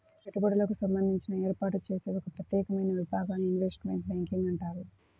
పెట్టుబడులకు సంబంధించి ఏర్పాటు చేసే ఒక ప్రత్యేకమైన విభాగాన్ని ఇన్వెస్ట్మెంట్ బ్యాంకింగ్ అంటారు